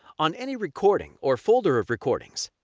on any recording or folder of recordings,